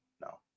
No